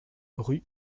rue